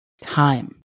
time